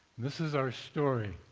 this is our story.